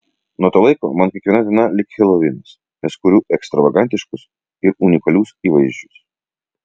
nuo to laiko man kiekviena diena lyg helovinas nes kuriu ekstravagantiškus ir unikalius įvaizdžius